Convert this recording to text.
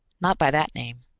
not by that name.